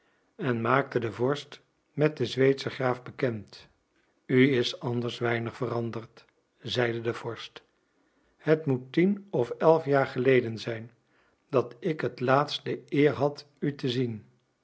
en maakte den vorst met den zweedschen graaf bekend u is anders weinig veranderd zeide de vorst het moet tien of elf jaar geleden zijn dat ik het laatst de eer had u te zien